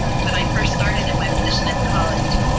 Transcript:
when i first started in my position at the college.